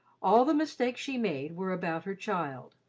all the mistakes she made were about her child.